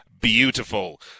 beautiful